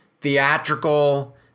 theatrical